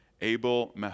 Abel